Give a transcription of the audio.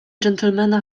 gentlemana